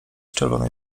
czerwonej